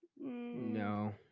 No